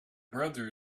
brother